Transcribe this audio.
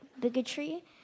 bigotry